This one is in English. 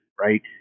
right